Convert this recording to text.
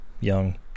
young